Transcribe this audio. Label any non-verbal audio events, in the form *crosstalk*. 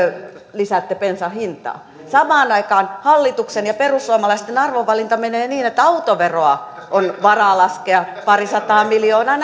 lisäätte bensan hintaa samaan aikaan hallituksen ja perussuomalaisten arvovalinta menee niin että autoveroa on varaa laskea parisataa miljoonaa *unintelligible*